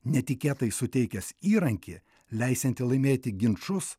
netikėtai suteikęs įrankį leisiantį laimėti ginčus